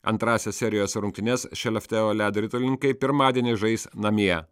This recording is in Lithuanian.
antrąsias serijos rungtynes šeleftėjo ledo ritulininkai pirmadienį žais namie